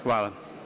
Hvala.